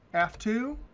f two.